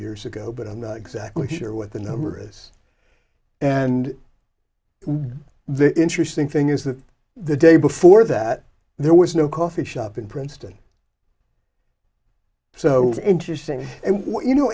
years ago but i'm not exactly sure what the numerous and the interesting thing is that the day before that there was no coffee shop in princeton so it's interesting and you know